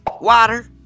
Water